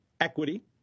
equity